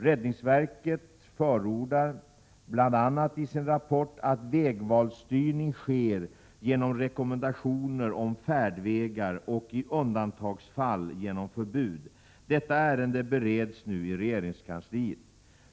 Räddningsverket förordar bl.a. i sin rapport att vägvalsstyrningen sker genom rekommendationer om färdvägar och i undantagsfall genom förbud. Detta ärende bereds nu i regeringskansliet.